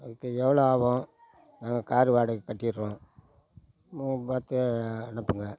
அதுக்கு எவ்வளவோ ஆகும் நாங்கள் காரு வாடகையை கட்டிவிட்றோம் மு பார்த்து அனுப்புங்கள்